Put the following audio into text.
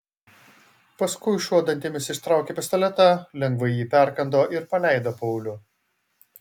paskui šuo dantimis ištraukė pistoletą lengvai jį perkando ir paleido paulių